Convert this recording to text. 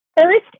First